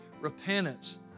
Repentance